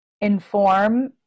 inform